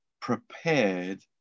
prepared